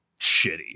shitty